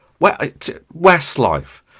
Westlife